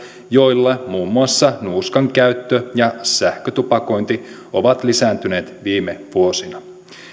joilla muun muassa nuuskan käyttö ja sähkötupakointi ovat lisääntyneet viime vuosina